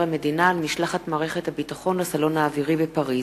המדינה על משלחת מערכת הביטחון לסלון האווירי בפריס.